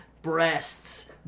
Breasts